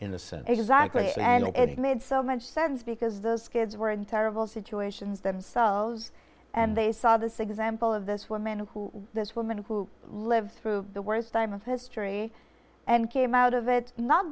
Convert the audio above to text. sense exactly and it made so much sense because the skids were in terrible situations themselves and they saw this example of this woman who this woman who lived through the worst time in history and came out of it not